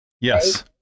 yes